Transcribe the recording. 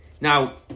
now